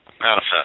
Manifest